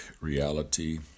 reality